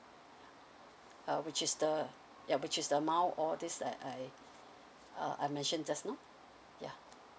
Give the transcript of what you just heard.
uh which is the ya which is the amount or this I I uh I mentioned just now ya